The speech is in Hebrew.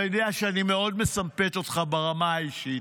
אתה יודע שאני מאוד מסמפת אותך ברמה האישית,